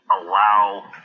allow